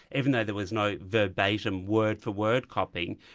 even though there was no verbatim word-for-word copying,